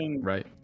right